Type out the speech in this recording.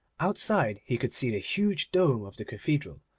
outside he could see the huge dome of the cathedral,